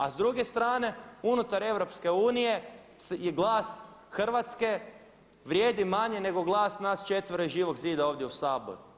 A s druge strane unutar EU je glas Hrvatske vrijedi manje nego glas nas četvero iz Živog zida ovdje u Saboru.